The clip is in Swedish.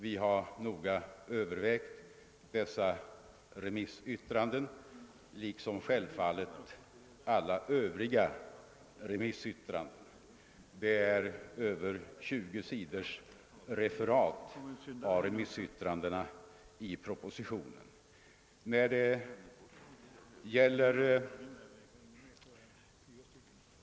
Vi har noga övervägt dessa liksom självfallet alla övriga remissyttranden. Propositionen innehåller över 20 sidor med referat av remissyttrandena.